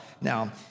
now